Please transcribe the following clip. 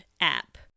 app